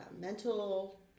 mental